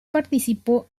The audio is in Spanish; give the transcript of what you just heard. participó